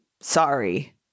Sorry